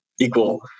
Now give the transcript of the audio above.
equal